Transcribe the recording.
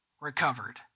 recovered